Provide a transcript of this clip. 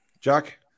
Jack